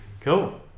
Cool